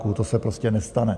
To se prostě nestane.